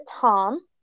Tom